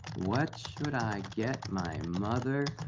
what should i get my